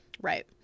right